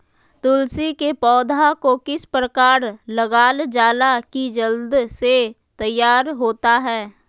तुलसी के पौधा को किस प्रकार लगालजाला की जल्द से तैयार होता है?